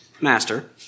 Master